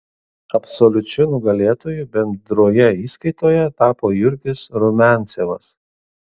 absoliučiu nugalėtoju bendroje įskaitoje tapo jurgis rumiancevas